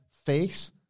Face